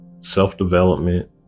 self-development